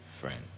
friend